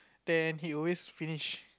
then he always finish